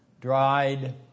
dried